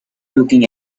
looking